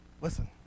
Listen